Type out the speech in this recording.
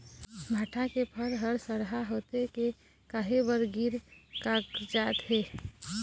भांटा के फर हर सरहा होथे के काहे बर गिर कागजात हे?